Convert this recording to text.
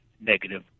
negative